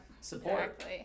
support